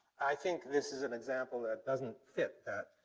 i think this is an example that doesn't fit that.